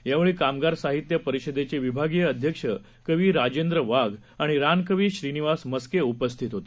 यावेळीकामगारसाहित्यपरिषदेचेविभागीयअध्यक्षकवीराजेंद्रवाघआणिरानकवीश्रीनिवासमस्केउपस्थितहोते